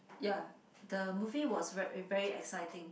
ya the movie was ve~ very exciting